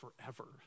forever